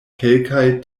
kelkaj